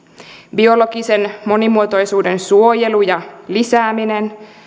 biologisen monimuotoisuuden suojelu ja lisääminen